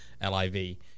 L-I-V